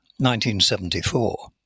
1974